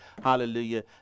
Hallelujah